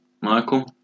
Michael